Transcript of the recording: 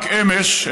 רק אמש,